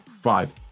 five